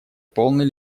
полной